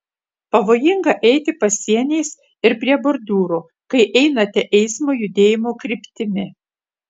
pavojinga eiti pasieniais ir prie bordiūro kai einate eismo judėjimo kryptimi